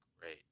great